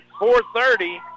4.30